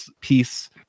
piece